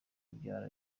kubyara